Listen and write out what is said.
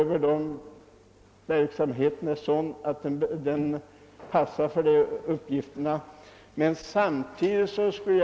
Deras verksamhet är av den arten att den passar för de uppgifter det gäller.